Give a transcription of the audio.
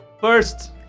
First